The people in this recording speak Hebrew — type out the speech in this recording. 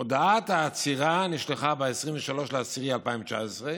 הודעת העצירה נשלחה ב-23 באוקטובר 2019,